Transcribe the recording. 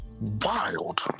Wild